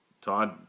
Todd